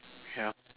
ya